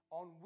on